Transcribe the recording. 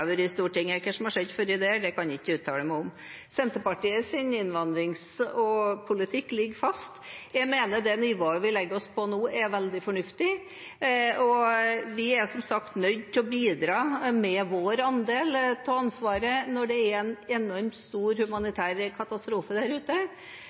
Stortinget. Hva som har skjedd før det, kan jeg ikke uttale meg om. Senterpartiets innvandringspolitikk ligger fast. Jeg mener at det nivået vi legger oss på nå, er veldig fornuftig. Vi er som sagt nødt til å bidra med vår andel av ansvaret når det er en enormt stor